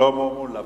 שלמה מולה.